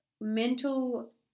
mental